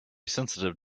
sensitive